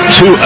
two